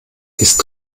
ist